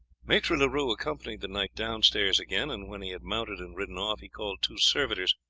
maitre leroux accompanied the knight downstairs again, and when he had mounted and ridden off he called two servitors,